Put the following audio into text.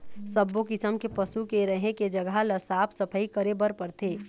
सब्बो किसम के पशु के रहें के जघा ल साफ सफई करे बर परथे